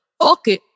Okay